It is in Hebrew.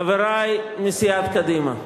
חברי מסיעת קדימה: